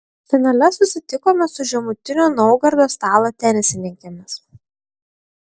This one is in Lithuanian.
finale susitikome su žemutinio naugardo stalo tenisininkėmis